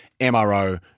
MRO